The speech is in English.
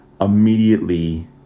immediately